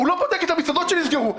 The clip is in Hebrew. הוא לא בודק את המסעדות שנסגרו.